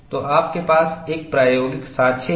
तो आपके पास एक प्रायोगिक साक्ष्य है